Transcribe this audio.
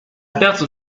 perte